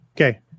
Okay